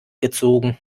gezogen